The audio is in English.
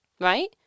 Right